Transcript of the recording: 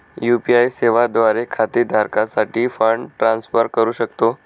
UPI सेवा द्वारे खाते धारकासाठी फंड ट्रान्सफर करू शकतो